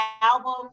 album